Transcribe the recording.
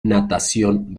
natación